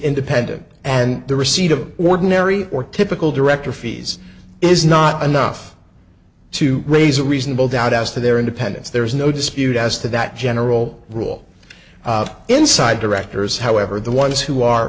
independent and the receipt of ordinary or typical director fees is not enough to raise a reasonable doubt as to their independence there is no dispute as to that general rule inside directors however the ones who are